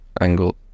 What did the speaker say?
Angle